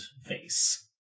face